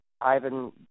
Ivan